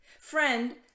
friend